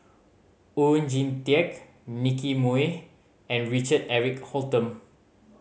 Oon Jin Teik Nicky Moey and Richard Eric Holttum